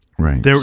Right